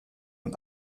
und